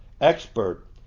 expert